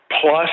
plus